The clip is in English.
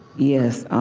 yes,